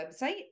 website